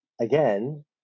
Again